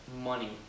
money